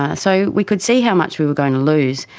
ah so we could see how much we were going to lose.